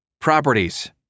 properties